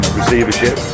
receivership